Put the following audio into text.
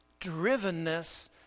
drivenness